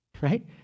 Right